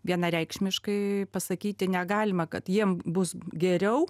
vienareikšmiškai pasakyti negalima kad jiem bus geriau